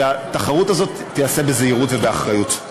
והתחרות הזאת תיעשה בזהירות ובאחריות.